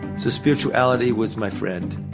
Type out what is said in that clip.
so spirituality was my friend